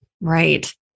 Right